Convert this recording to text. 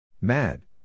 Mad